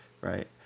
Right